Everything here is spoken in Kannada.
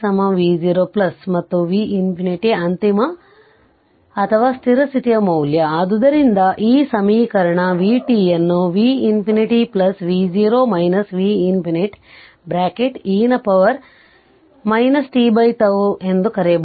ಮತ್ತು v ∞ ಅಂತಿಮ ಅಥವಾ ಸ್ಥಿರ ಸ್ಥಿತಿಯ ಮೌಲ್ಯ ಆದ್ದರಿಂದ ಈ ಸಮೀಕರಣ vt ಯನ್ನು v ∞ v0 v ∞ bracket e ನ ಪವರ್ ಗೆ tτ ಎಂದು ಬರೆಯಬಹುದು